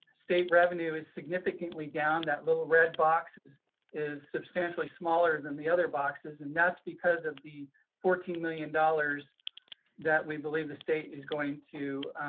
state revenue is significantly down that little red box is is substantially smaller than the other boxes. and that's because of the fourteen million dollars that we believe the state is going to